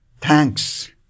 Thanks